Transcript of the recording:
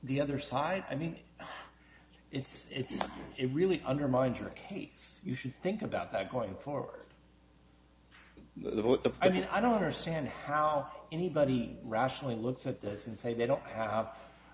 the other side i mean it's it really undermines your case you should think about that going for the i mean i don't understand how anybody rationally looks at this and say they don't have